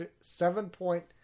seven-point